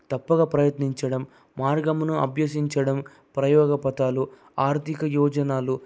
తప్పక ప్రయత్నించడం మార్గమును అభ్యసించడం ప్రయోగ పతాలు ఆర్థిక యోజనాలు